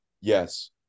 Yes